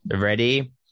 Ready